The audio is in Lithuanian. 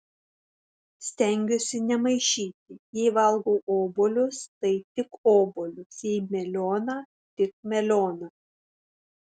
stengiuosi nemaišyti jei valgau obuolius tai tik obuolius jei melioną tik melioną